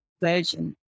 version